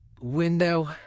window